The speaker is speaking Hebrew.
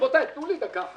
רבותיי, תנו לי דקה.